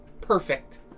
Perfect